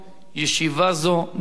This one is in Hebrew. ישיבה זו נעולה.